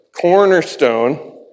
Cornerstone